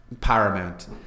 Paramount